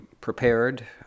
prepared